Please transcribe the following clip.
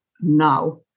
now